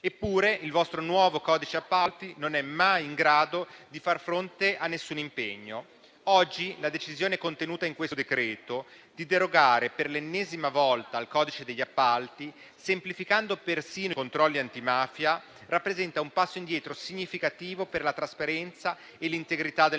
Eppure, il vostro nuovo codice degli appalti non è mai in grado di far fronte a nessun impegno. Oggi, la decisione contenuta in questo decreto di derogare per l'ennesima volta al codice degli appalti, semplificando persino i controlli antimafia, rappresenta un passo indietro significativo per la trasparenza e l'integrità del